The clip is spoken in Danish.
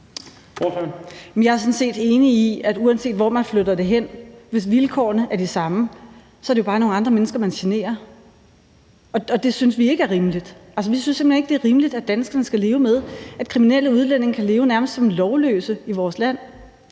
Jeg er sådan set enig i, at uanset hvor man flytter det hen, så er det jo bare nogle andre mennesker, man generer, hvis vilkårene er de samme. Og det synes vi ikke er rimeligt. Altså, vi synes simpelt hen ikke, det er rimeligt, at danskerne skal leve med, at kriminelle udlændinge kan leve nærmest som lovløse i vores land.